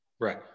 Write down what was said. Right